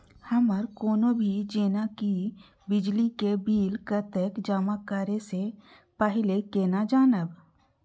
हमर कोनो भी जेना की बिजली के बिल कतैक जमा करे से पहीले केना जानबै?